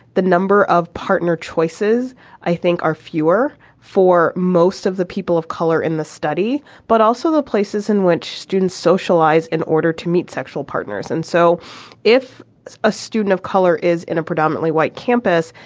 the number of partner choices i think are fewer for most of the people of color in the study, but also the places in which students socialize in order to meet sexual partners. and so if a student of color is in a predominantly white campus,